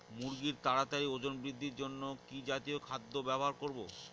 মুরগীর তাড়াতাড়ি ওজন বৃদ্ধির জন্য কি জাতীয় খাদ্য ব্যবহার করব?